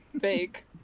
fake